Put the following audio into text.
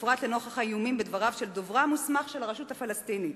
בפרט לנוכח האיומים בדבריו של דוברה המוסמך של הרשות הפלסטינית.